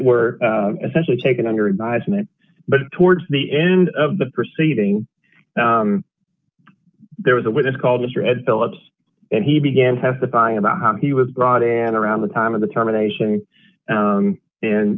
were essentially taken under advisement but towards the end of the proceeding there was a witness called mr ed phillips and he began testifying about how he was brought in and around the time of the